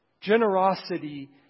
Generosity